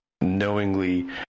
knowingly